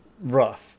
rough